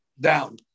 down